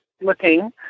looking